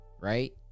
right